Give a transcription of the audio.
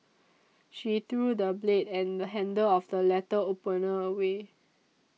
she threw the blade and handle of the letter opener away